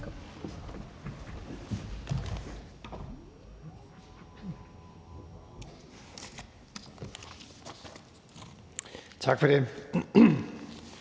Tak for det.